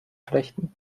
flechten